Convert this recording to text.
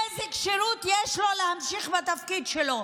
איזה כשירות יש לו להמשיך בתפקיד שלו?